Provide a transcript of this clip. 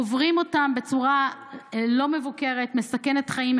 עוברים אותם בצורה לא מבוקרת, מסכנת חיים.